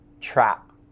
trap